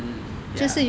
mm ya